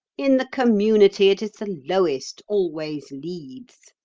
in the community it is the lowest always leads.